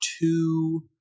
two